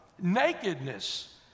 Nakedness